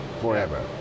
forever